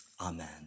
Amen